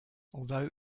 although